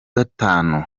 gatanu